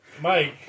Mike